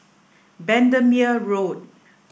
Bendemeer Road